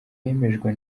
yemejwe